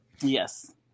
Yes